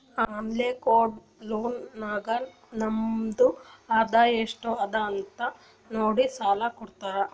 unsecured loan ನಾಗ್ ನಮ್ದು ಆದಾಯ ಎಸ್ಟ್ ಅದ ಅದು ನೋಡಿ ಸಾಲಾ ಕೊಡ್ತಾರ್